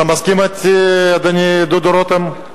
אתה מסכים אתי, אדוני דודו רותם?